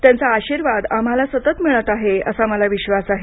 त्यांचा आशीर्वाद आम्हाला सतत मिळत आहे असा मला विश्वास आहे